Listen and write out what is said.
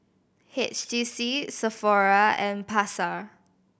H T C Sephora and Pasar